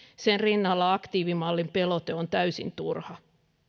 sen rinnalla aktiivimallin pelote on täysin turha